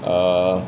err